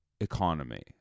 economy